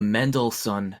mendelssohn